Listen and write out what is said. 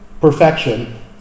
perfection